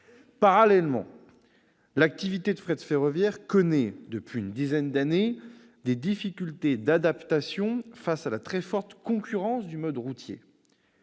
Parallèlement, l'activité de fret ferroviaire connaît, depuis une dizaine d'années, des difficultés d'adaptation face à la très forte concurrence du mode routier.